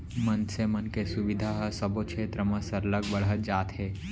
मनसे मन के सुबिधा ह सबो छेत्र म सरलग बढ़त जात हे